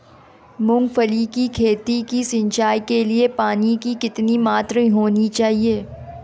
मूंगफली की खेती की सिंचाई के लिए पानी की कितनी मात्रा होनी चाहिए?